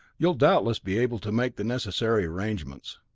you'll doubtless be able to make the necessary arrangements.